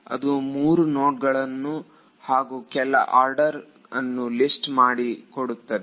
ಅದು 3 ನೋಡ್ಗಳನ್ನು ಹಾಗೂ ಕೆಲ ಆರ್ಡರ್ ಅನ್ನು ಲಿಸ್ಟ್ ಮಾಡುತ್ತದೆ